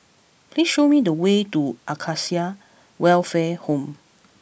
please show me the way to Acacia Welfare Home